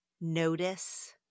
notice